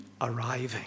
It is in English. arriving